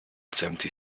seventy